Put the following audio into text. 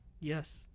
Yes